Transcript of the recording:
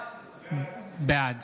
בעד